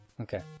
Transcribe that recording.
Okay